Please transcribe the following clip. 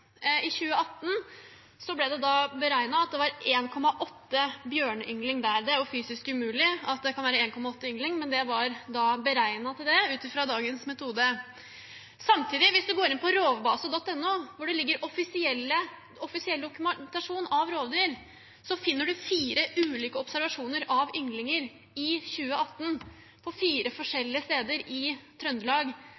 I 2018 ble det beregnet at det var 1,8 bjørneynglinger der. Det er jo fysisk umulig at det kan være 1,8 ynglinger, men det var beregnet til det ut fra dagens metode. Samtidig, hvis man går inn på www.rovbase.no hvor det ligger offisiell dokumentasjon om rovdyr, finner man fire ulike observasjoner av ynglinger i 2018, på fire